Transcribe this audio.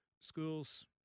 Schools